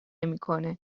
نمیکنه